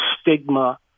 stigma